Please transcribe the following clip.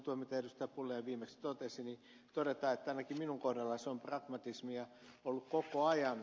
pulliainen viimeksi totesi todeta että ainakin minun kohdallani se on pragmatismia ollut koko ajan